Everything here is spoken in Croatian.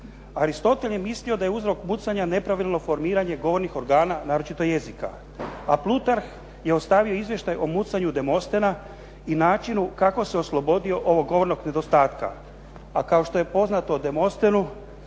Aristotel je mislio da je uzrok mucanja nepravilno formiranje govornih organa naročito jezika. A Plutarh je ostavio izvještaj o mucanju Demostena i načinu kako se oslobodio ovog govornog nedostatka. A kao što je poznato o Demostenu